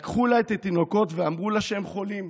לקחו לה את התינוקות ואמרו לה שהם חולים,